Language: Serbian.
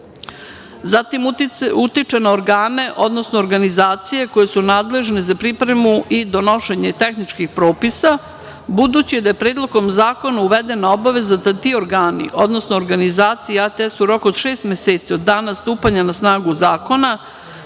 zatim utiče na organe, odnosno organizacije koje su nadležne za pripremu i donošenje tehničkih propisa. Budući da je predlogom zakona uvedena obaveza da ti organi, odnosno organizacija ATS u roku od šest meseci od dana stupanja na snagu zakona